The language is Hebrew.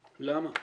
למה?